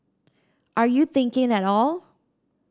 are you thinking at all